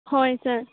ꯍꯣꯏ ꯁꯔ